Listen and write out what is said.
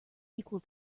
equal